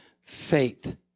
faith